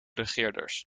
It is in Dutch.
regeerders